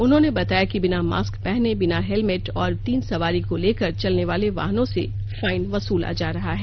उन्होंने बताया कि बिना मास्क पहने बिना हेलमेट और तीन सवारी को लेकर चलने वाले वाहनों से फाइन वसूला जा रहा है